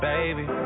Baby